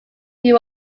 who